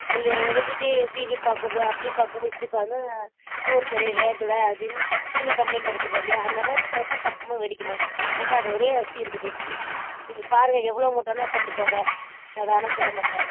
நீங்கள் வி விட்டுவிட்டு டிவி பார்க்குறதோ அப்படி பார்க்குறதோ இப்படி பார்க்குறதுன்னா சோறு சரியாக வேகலை அப்படின்னு திரும்பி கம்ப்ளைண்ட் இருக்குது இல்லையா அந்த மாதிரி கரெட்டாக பக்குவமாக வடிக்கணும் எங்கள்கிட்ட அந்த ஒரே ஒரு அரிசி இருக்குது நீங்கள் பாருங்கள் எவ்வளோ மூட்டை வேணால் கொண்டுப்போங்க நான் வேணாம்னு சொல்ல மாட்டேன்